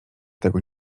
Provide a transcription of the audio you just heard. tego